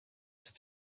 have